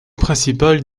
principal